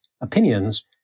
opinions